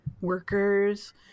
workers